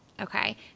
Okay